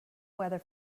weather